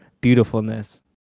beautifulness